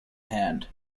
hand